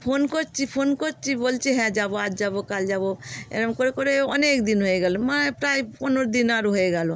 phone করছি phone করছি বলছি হ্যাঁ যাবো আজ যাবো কাল যাবো এরম করে করে অনেক দিন হয়ে গেলো ম প্রায় পনেরো দিন আরও হয়ে গেলো